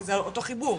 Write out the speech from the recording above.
כי זה אותו חיבור,